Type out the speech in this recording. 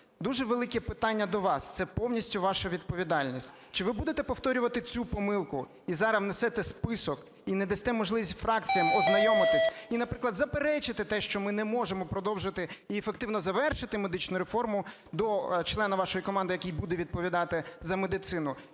Дуже велике прохання до вас, це повністю ваша відповідальність. Чи ви будете повторювати цю помилку і зараз внесете список, і не дасте можливість фракціям ознайомитись, і, наприклад, заперечити те, що ми не можемо продовжити і ефективно завершити медичну реформу, до члена вашої команди, який буде відповідати за медицину?